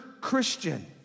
Christian